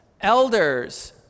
elders